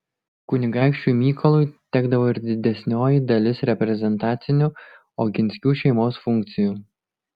kunigaikščiui mykolui tekdavo ir didesnioji dalis reprezentacinių oginskių šeimos funkcijų